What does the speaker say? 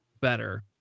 better